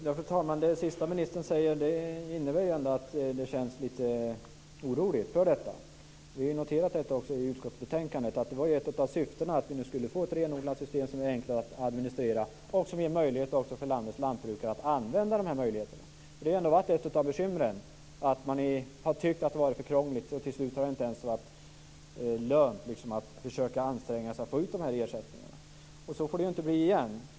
Fru talman! Det som ministern avslutade med innebär ändå att det känns lite oroligt. Vi noterade det också i utskottsbetänkandet att ett av syftena var att det skulle bli ett renodlat system som var enklare att administrera och som ger möjlighet för landets lantbrukare att använda sig av det. Ett av bekymren var ju att man tyckte att det var för krångligt. Till sist var det inte ens lönt att försöka anstränga sig för att få ut dessa ersättningar. Så får det inte bli igen.